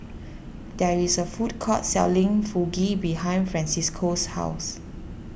there is a food court selling Fugu behind Francisco's house